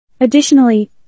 Additionally